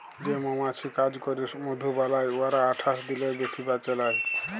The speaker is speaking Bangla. যে মমাছি কাজ ক্যইরে মধু বালাই উয়ারা আঠাশ দিলের বেশি বাঁচে লায়